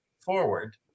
forward